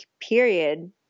period